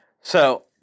So-